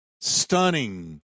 stunning